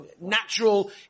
natural